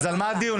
אז על מה הדיון?